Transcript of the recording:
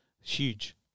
huge